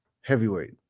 heavyweight